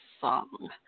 song